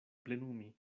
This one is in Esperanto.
plenumi